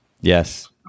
Yes